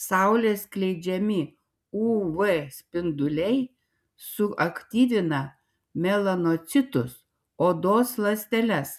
saulės skleidžiami uv spinduliai suaktyvina melanocitus odos ląsteles